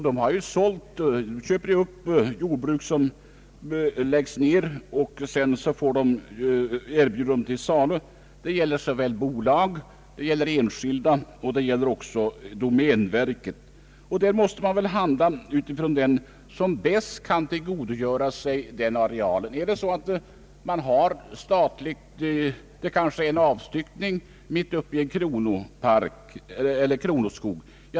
De köper upp jordbruk som läggs ned och erbjuder dem till salu. Det samma gäller bolag, det gäller enskilda, och det gäller domänverket. Där måste man väl beakta vem som bäst kan tillgodogöra sig arealen. Det kanske är en avstyckning mitt uppe i en kronopark eller kronoskog.